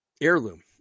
Heirloom